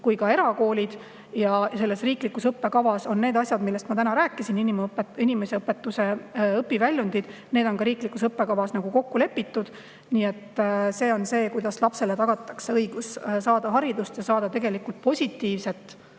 kui ka erakoolid ja selles riiklikus õppekavas on ka need asjad, millest ma täna rääkisin, inimeseõpetuse õpiväljundid, kokku lepitud. Nii et see on see, kuidas lapsele tagatakse õigus saada haridust ja saada koolis positiivseid